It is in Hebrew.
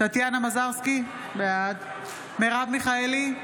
טטיאנה מזרסקי, בעד מרב מיכאלי,